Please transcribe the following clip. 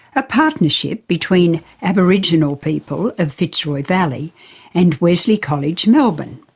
a partnership between aboriginal people of fitzroy valley and wesley college melbourne.